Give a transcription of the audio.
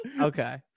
okay